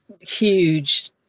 huge